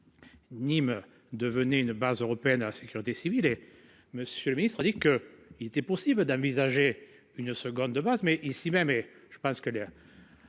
Nîmes devenait une base européenne, sécurité des civils et monsieur le ministre a dit que il était possible d'envisager une seconde de base mais ici-même et je pense que le.